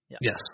Yes